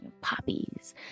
poppies